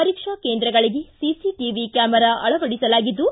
ಪರೀಕ್ಷಾ ಕೇಂದ್ರಗಳಿಗೆ CCTV camera ಅಳವಡಿಸಲಾಗಿದ್ದು